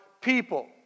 people